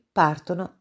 partono